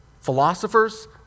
philosophers